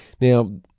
Now